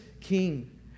King